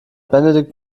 benedikt